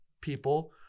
people